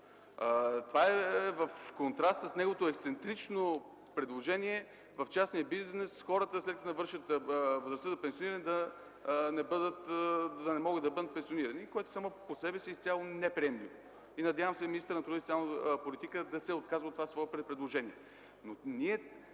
Това е в контраст с неговото ексцентрично предложение в частния бизнес хората, след като навършат възрастта за пенсиониране, да не могат да бъдат пенсионирани, което само по себе си е изцяло неприемливо. Надявам се министърът на труда и социалната политика